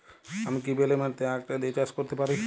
আমি কি বেলে মাটিতে আক জাতীয় চাষ করতে পারি?